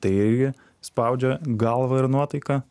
tai irgi spaudžia galvą ir nuotaiką